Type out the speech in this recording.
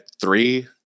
three